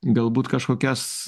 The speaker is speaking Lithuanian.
galbūt kažkokias